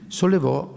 sollevò